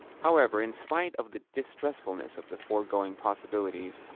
however, in spite of the distressfulness of the foregoing possibilities,